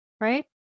right